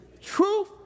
Truth